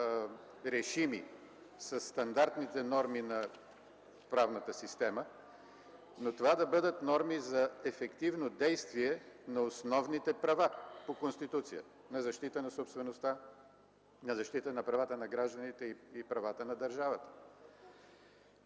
решими със стандартните норми на правната система, но това да бъдат норми за ефективно действие на основните права по Конституция – на защита на собствеността, на защита на правата на гражданите и правата на държавата.